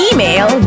Email